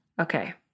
Okay